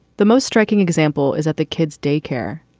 the most striking example is that the kids daycare,